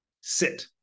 sit